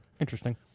Interesting